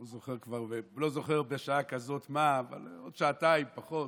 אני לא זוכר בשעה כזאת מה, אבל עוד שעתיים, פחות,